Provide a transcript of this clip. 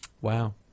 Wow